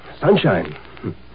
Sunshine